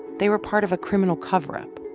they were part of a criminal cover-up.